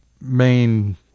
main